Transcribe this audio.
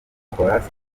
bakora